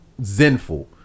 Zenful